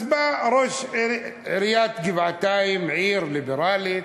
אז בא ראש עיריית גבעתיים, עיר ליברלית,